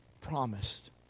promised